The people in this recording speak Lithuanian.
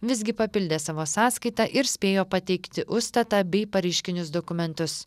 visgi papildė savo sąskaitą ir spėjo pateikti užstatą bei pareiškinius dokumentus